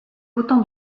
autant